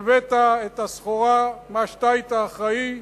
הבאת את הסחורה, מה שאתה היית אחראי,